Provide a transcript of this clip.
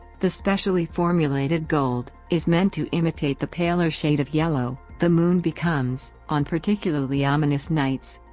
the specially formulated gold is meant to imitate the paler shade of yellow the moon becomes, on particularly ominous nights.